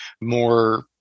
more –